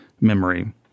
memory